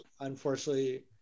unfortunately –